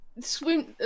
swim